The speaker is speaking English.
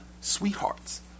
sweethearts